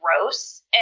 gross